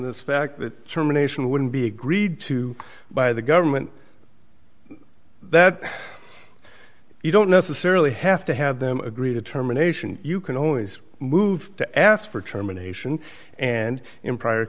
this fact that terminations wouldn't be agreed to by the government that you don't necessarily have to have them agree to determination you can always move to ask for terminations and in prior